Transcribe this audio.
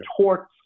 torts